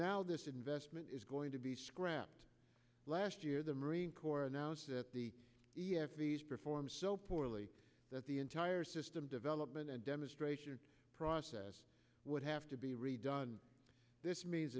now this investment is going to be scrapped asked year the marine corps announced that the e f these perform so poorly that the entire system development and demonstration process would have to be redone this means